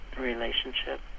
relationship